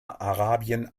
arabien